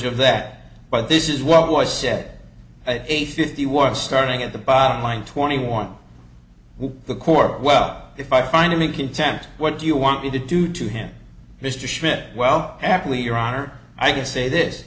of that but this is what was said at eight fifty was starting at the bottom line twenty one who the court well if i find him in contempt what do you want me to do to him mr schmidt well apple your honor i can say this